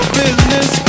business